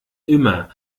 immer